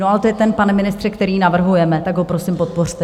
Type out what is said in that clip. Ale to je ten, pane ministře, který navrhujeme, tak ho, prosím, podpořte.